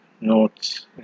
notes